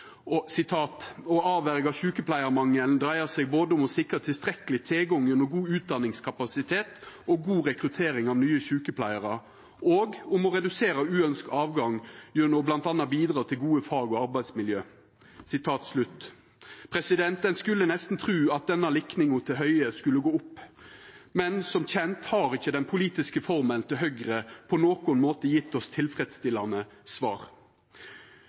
dreier seg både om å sikre tilstrekkelig tilgang gjennom god utdanningskapasitet og god rekruttering av nye sykepleiere, og om å redusere uønsket avgang gjennom å blant annet bidra til gode fag- og arbeidsmiljøer.» Ein skulle nesten tru at denne likninga til Høie skulle gå opp. Men som kjent har ikkje den politiske formelen til Høgre på nokon måte gjeve oss tilfredsstillande svar.